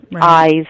eyes